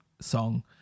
song